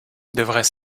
devrait